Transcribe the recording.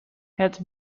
het